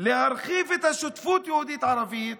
להרחיב את השותפות היהודית-ערבית